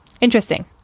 Interesting